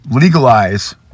legalize